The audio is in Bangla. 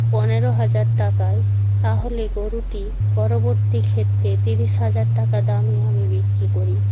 পনেরো হাজার টাকায় তাহলে গরুটি পরবর্তী ক্ষেত্রে তিরিশ হাজার টাকা দামে আমি বিক্রি করি